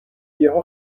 یهو